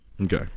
Okay